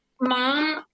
Mom